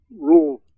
rules